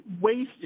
wasted